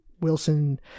Wilson